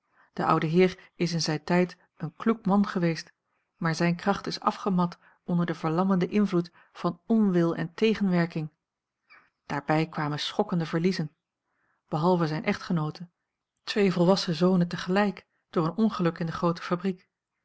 de oude heer is in zijn tijd een kloek man geweest maar zijne kracht is afgemat onder den verlammenden invloed van onwil en tegenwerking daarbij kwamen schokkende verliezen behalve zijne echtgenoote twee volwassen zonen tegelijk door een ongeluk in de groote fabriek